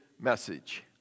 message